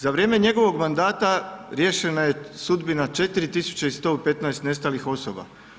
Za vrijeme njegovog mandata, riješena je sudbina 4115 nestalih osoba.